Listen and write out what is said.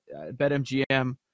BetMGM